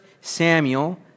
Samuel